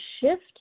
shift